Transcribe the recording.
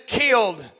killed